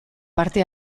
parte